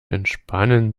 entspannen